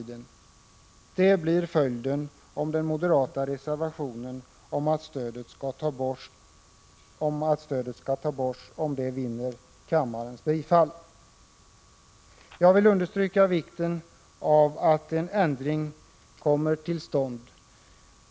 Det blir följden om den moderata reservationen om att stödet skall tas bort vinner kammarens bifall. Jag vill understryka vikten av att en ändring kommer till stånd.